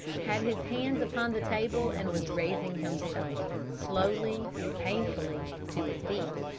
had his hands upon the table and was raising himself, slowly and painfully, to his feet.